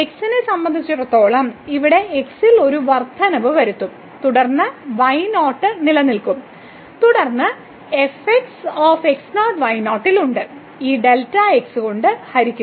x നെ സംബന്ധിച്ചിടത്തോളം ഇവിടെ x ൽ ഒരു വർദ്ധനവ് വരുത്തും തുടർന്ന് y0 നിലനിൽക്കും തുടർന്ന് നമുക്ക് fxx0 y0 ൽ ഉണ്ട് ഈ Δx കൊണ്ട് ഹരിക്കുന്നു